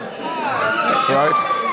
Right